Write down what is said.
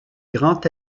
grand